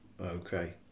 Okay